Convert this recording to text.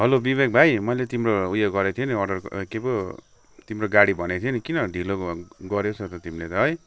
hello Bibek भाइ मैले तिम्रो उयो गरेको थिएँ नि अर्डर के पो तिम्रो गाडी भनेको थिएँ नि किन ढिलो गरेछौ त तिमीले त है